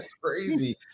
Crazy